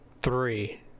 three